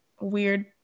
weird